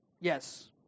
Yes